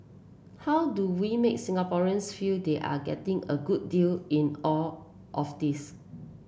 how do we make Singaporeans feel they are getting a good deal in all of this